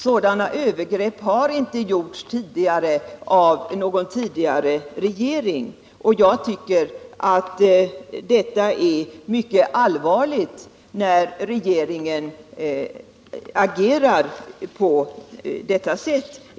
Sådana övergrepp har inte gjorts tidigare av någon regering. Jag tycker det är mycket allvarligt när regeringen agerar på detta sätt.